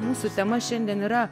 mūsų tema šiandien yra